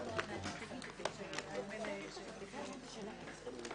הישיבה ננעלה בשעה 12:18.